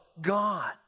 God